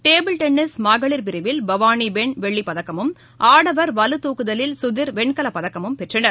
table tennis மகளிர் பிரிவில் பவானி பென் வெள்ளிப் பதக்கமும் ஆடவர் வலுதூக்குதலில் சுதீர் வெண்கலப் பதக்கமும் பெற்றனர்